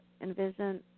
Envision